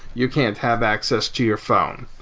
you can't have access to your phone.